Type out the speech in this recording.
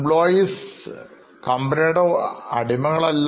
പക്ഷേ Employees നമ്മുടെ അടിമകളല്ല